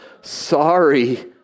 sorry